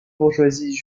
bourgeoisie